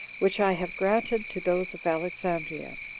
which i have granted to those of alexandria,